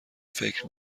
فکر